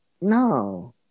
No